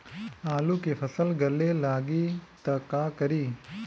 आलू के फ़सल गले लागी त का करी?